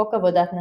חוק עבודת נשים,